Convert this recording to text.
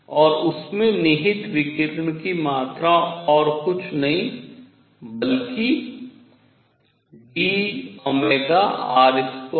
और उसमें निहित विकिरण की मात्रा कुछ नहीं बल्कि dr2ru है